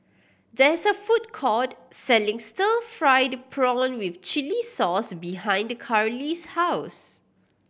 there is a food court selling stir fried prawn with chili sauce behind Karlee's house